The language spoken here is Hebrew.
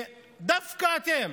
דווקא אתם,